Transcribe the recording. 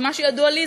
ממה שידוע לי,